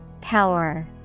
Power